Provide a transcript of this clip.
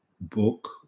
book